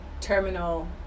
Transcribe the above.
terminal